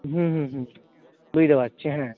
হুম হুম হুম হুম বুঝতে পারছি হ্যাঁ